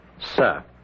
Sir